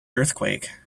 earthquake